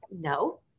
No